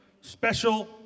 special